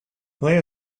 play